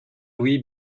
louis